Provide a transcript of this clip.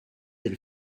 elle